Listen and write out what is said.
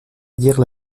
dire